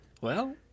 Well-